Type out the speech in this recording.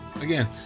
Again